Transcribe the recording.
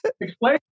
explain